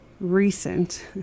recent